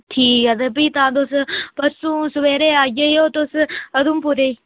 ठीक ऐ ते भी तां तुस परसूं सबेरे आई जाएओ तुस उधमपुरे ई